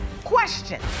question